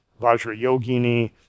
Vajrayogini